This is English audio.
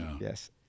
Yes